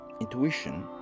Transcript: intuition